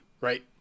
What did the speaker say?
right